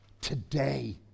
today